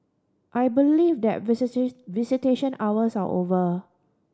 I believe that visitation hours are over